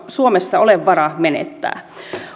suomessa ole varaa menettää